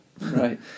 Right